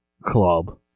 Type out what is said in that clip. club